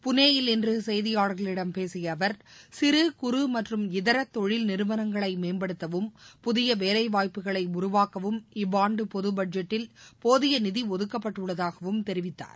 புனேயில் இன்று செய்தியாளர்களிடம் பேசிய அவர் சிறு குறு மற்றும் இதர தொழில் நிறுவனங்களை மேம்படுத்தவும் புதிய வேலைவாய்ப்புகளை உருவாக்கவும் இவ்வாண்டு பொது பட்ஜெட்டில் போதிய நிதி ஒதுக்கப்பட்டுள்ளதாகவும் தெரிவித்தார்